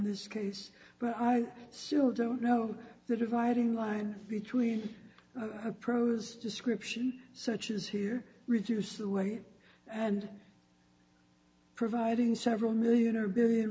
this case but i still don't know the dividing line between the pros description such as here reduce the weight and providing several million or